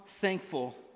thankful